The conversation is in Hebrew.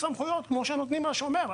כמו שנותנים לשומר.